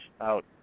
out